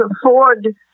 afford